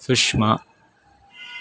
Sushma